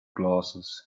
glasses